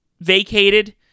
vacated